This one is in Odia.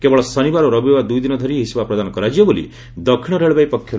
କେବଳ ଶନିବାର ଓ ରବିବାର ଦୁଇ ଦିନ ଧରି ଏହି ସେବା ପ୍ରଦାନ କରାଯିବ ବୋଲି ଦକ୍ଷୀଣ ରେଳବାଇ ପକ୍ଷରୁ କୁହାଯାଇଛି